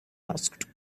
asked